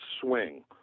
swing